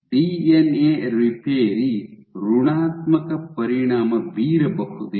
DNA repair ಋಣಾತ್ಮಕ ಪರಿಣಾಮ ಬೀರಬಹುದೇ